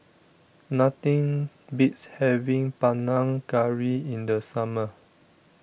nothing beats having Panang Curry in the summer